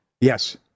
Yes